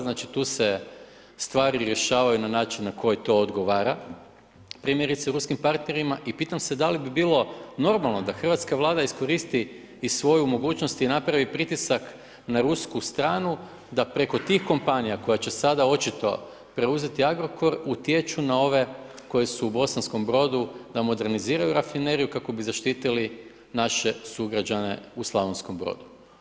Znači, tu se stvari rješavaju na način na koji to odgovara primjerice, ruskim partnerima i pitam se da li bi bilo normalno da hrvatska Vlada iskoristi i svoju mogućnost i napravi pritisak na rusku stranu da preko tih kompanija koja će sada očito preuzeti Agrokor utječu na ove koje su u Bosanskom Brodu da moderniziraju rafineriju kako bi zaštitili naše sugrađane u Slavonskom Brodu.